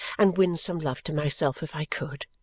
and win some love to myself if i could.